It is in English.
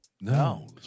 no